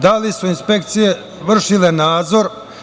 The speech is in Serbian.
Da li su inspekcije vršile nadzor?